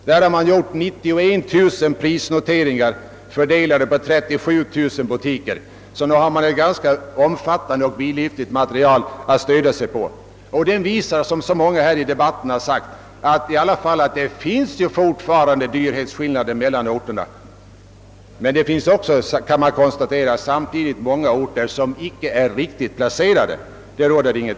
Man har gjort 91 000 prisnoteringar fördelade på 37 000 butiker, så nog har man ett vidlyftigt material att stödja sig på. Undersökningen visar, att det fortfarande finns skillnader i kostnadsnivån mellan orterna, men också att många orter inte är riktigt placerade.